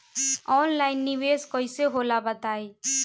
Online निवेस कइसे होला बताईं?